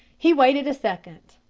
he waited a second,